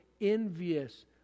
envious